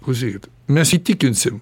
klausykit mes įtikinsim